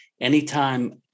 anytime